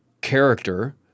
character